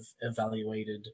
evaluated